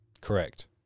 Correct